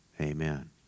Amen